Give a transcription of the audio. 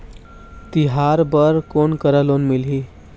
तिहार बर कोन करा लोन मिलही?